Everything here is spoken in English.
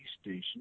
station